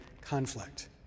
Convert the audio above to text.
conflict